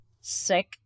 Sick